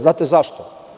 Znate zašto?